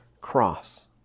cross